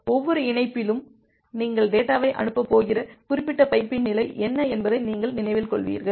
ஒவ்வொரு இணைப்பிலும் நீங்கள் டேட்டாவை அனுப்பப் போகிற குறிப்பிட்ட பைப்பின் நிலை என்ன என்பதை நீங்கள் நினைவில் கொள்வீர்கள்